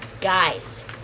guys